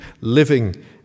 living